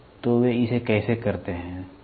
तो वे इसे कैसे करते हैं है ना